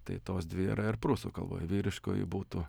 tai tos dvi yra ir prūsų kalboj vyriškoji būtų